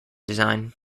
design